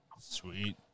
Sweet